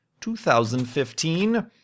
2015